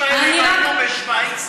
אם הוא עשה לכם,